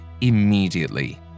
immediately